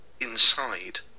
inside